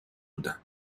بودم